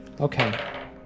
Okay